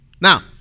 Now